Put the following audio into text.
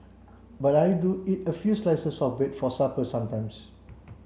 but I do eat a few slices of bread for supper sometimes